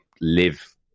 live